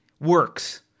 works